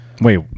Wait